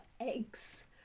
eggs